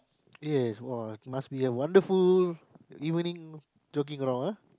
yes [wah] must be a wonderful evening jogging